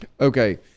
okay